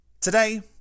Today